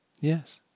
Yes